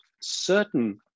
certain